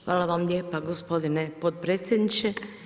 Hvala vam lijepa gospodine potpredsjedniče.